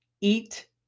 eat